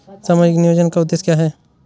सामाजिक नियोजन का उद्देश्य क्या है?